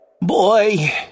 Boy